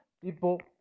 people